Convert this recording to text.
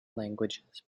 languages